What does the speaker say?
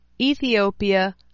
Ethiopia